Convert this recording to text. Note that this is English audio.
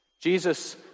Jesus